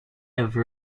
have